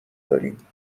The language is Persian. داریم